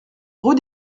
rue